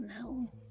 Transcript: no